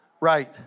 right